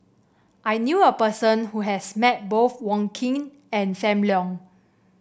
I knew a person who has met both Wong Keen and Sam Leong